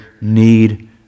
need